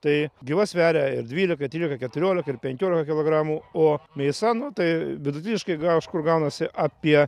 tai gyva sveria ir dvyliką tryliką keturioliką ir penkioliką kilogramų o mėsa nu tai vidutiniškai ga kažkur gaunasi apie